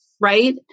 Right